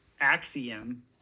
axiom